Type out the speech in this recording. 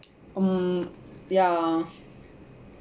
mm ya